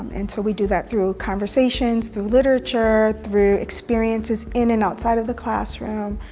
and so we do that through conversations, through literature, through experiences in and outside of the classroom.